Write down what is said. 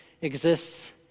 exists